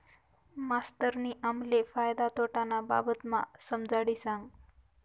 मास्तरनी आम्हले फायदा तोटाना बाबतमा समजाडी सांगं